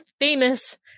famous